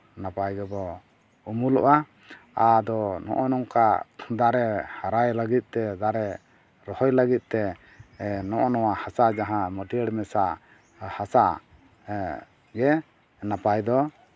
ᱱᱟᱯᱟᱭ ᱜᱮᱵᱚ ᱩᱢᱩᱞᱚᱜᱼᱟ ᱟᱫᱚ ᱱᱚᱜᱼᱚ ᱱᱚᱝᱠᱟ ᱫᱟᱨᱮ ᱦᱟᱨᱟᱭ ᱞᱟᱹᱜᱤᱫᱛᱮ ᱫᱟᱨᱮ ᱨᱚᱦᱚᱭ ᱞᱟᱹᱜᱤᱫᱛᱮ ᱱᱚᱜᱼᱚ ᱱᱚᱣᱟ ᱦᱟᱥᱟ ᱡᱟᱦᱟᱸ ᱢᱟᱹᱴᱤᱭᱟᱹᱲ ᱢᱮᱥᱟ ᱦᱟᱥᱟ ᱜᱮ ᱱᱟᱯᱟᱭ ᱫᱚ